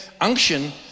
unction